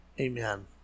Amen